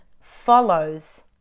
follows